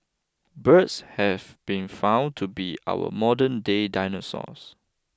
birds have been found to be our modernday dinosaurs